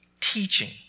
teaching